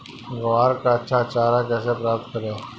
ग्वार का अच्छा चारा कैसे प्राप्त करें?